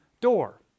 door